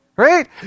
Right